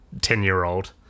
ten-year-old